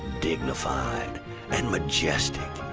dignified and majestic,